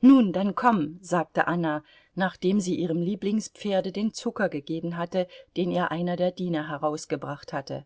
nun dann komm sagte anna nachdem sie ihrem lieblingspferde den zucker gegeben hatte den ihr einer der diener herausgebracht hatte